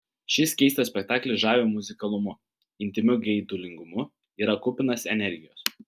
šis keistas spektaklis žavi muzikalumu intymiu geidulingumu yra kupinas energijos